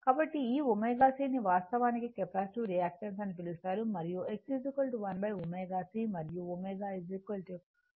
కాబట్టి ఈ ω C ని వాస్తవానికి కెపాసిటివ్ రియాక్టన్స్ అని పిలుస్తారు మరియు X 1 ω C మరియు ω 2πf గా సూచిస్తారు